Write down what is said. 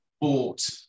bought